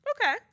Okay